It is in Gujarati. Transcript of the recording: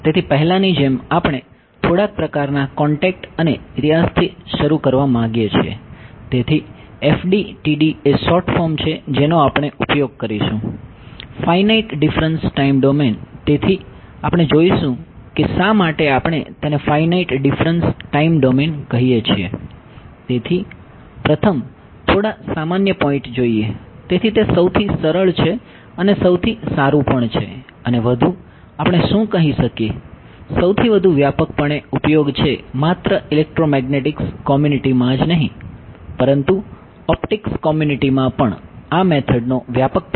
તેથી ચાલો ઈંટ્રોડક્સન કહીએ છીએ